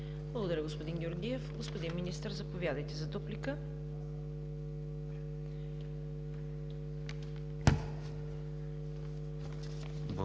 Благодаря, господин Георгиев. Господин Министър, заповядайте за дуплика. МИНИСТЪР